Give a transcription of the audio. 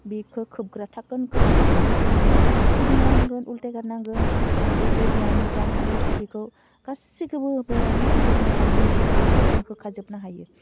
बिखौ खोबग्रा थाखोनखौ बोखारनानै बिखौ नोङो फिदिंगारनांगोन उलथायगारनांगोन ओमफ्राय जेब्ला मोजां रस बेखौ गासिखौबो बेयावनो जोङो हालदि संख्रिखौबो जों होखाजोबनो हायो